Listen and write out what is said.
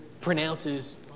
pronounces